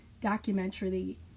documentary